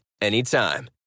anytime